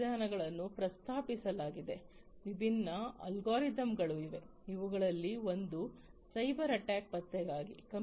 ವಿಭಿನ್ನ ವಿಧಾನಗಳನ್ನು ಪ್ರಸ್ತಾಪಿಸಲಾಗಿದೆ ವಿಭಿನ್ನ ಅಲ್ಗೊರಿದಮ್ಗಳು ಇವೆ ಅವುಗಳಲ್ಲಿ ಒಂದು ಸೈಬರ್ಅಟ್ಯಾಕ್ ಪತ್ತೆಗಾಗಿ